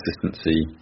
consistency